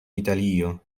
italio